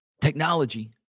Technology